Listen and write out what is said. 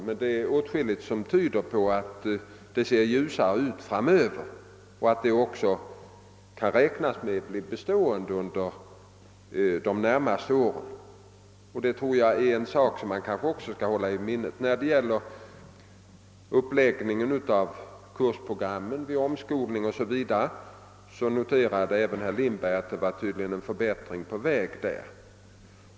Det är emellertid åtskilligt som tyder på att förhållandena blir ljusare framöver och även att detta läge kan beräknas bli bestående under de närmaste åren. Det bör man också hålla i minnet. Herr Lindberg noterade att det tydligen var en förbättring på väg i uppläggningen av programmen för omskolningsverksamheten o. s. v.